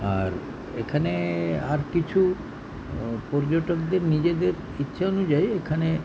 আর এখানে আর কিছু পর্যটকদের নিজেদের ইচ্ছে অনুযায়ী এখানে